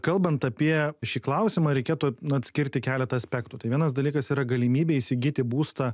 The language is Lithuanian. kalbant apie šį klausimą reikėtų atskirti keletą aspektų tai vienas dalykas yra galimybė įsigyti būstą